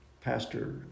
Pastor